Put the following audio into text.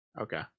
Okay